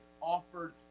offered